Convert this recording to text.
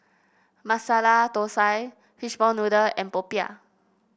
Masala Thosai Fishball Noodle and popiah